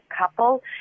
couple